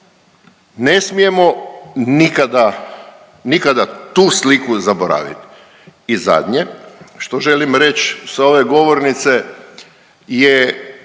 ne smijemo nikada, nikada tu sliku zaboraviti. I zadnje što želim reći sa ove govornice je